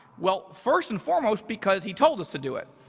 well, first and foremost, because he told us to do it.